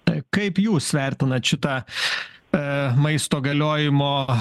tai kaip jūs vertinat šitą e maisto galiojimo